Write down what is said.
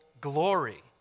glory